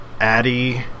Addy